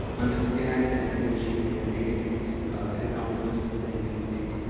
understand, and negotiate their daily encounters with the indian state.